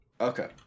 Okay